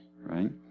Right